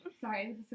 Sorry